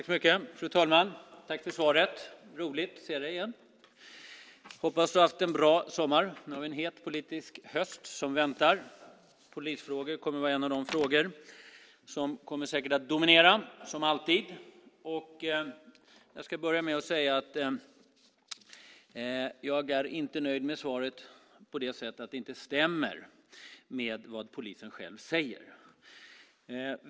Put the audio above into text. Fru talman! Tack för svaret! Det är roligt att se dig igen. Hoppas att du har haft en bra sommar, för nu är det en het politisk höst som väntar. Polisfrågor kommer att vara en av de frågor som säkert kommer att dominera, som alltid. Jag ska börja med att säga att jag inte är nöjd med svaret på det sättet att det inte stämmer med vad polisen själv säger.